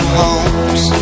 homes